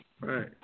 Right